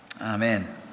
Amen